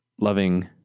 loving